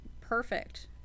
perfect